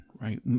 right